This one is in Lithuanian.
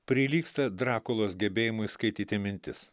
prilygsta drakulos gebėjimui skaityti mintis